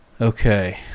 Okay